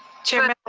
chair